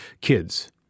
kids